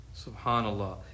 Subhanallah